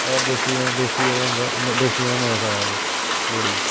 होर देसी देसी जेह्ड़ा होंदा देसी नमें साल लोह्ड़ी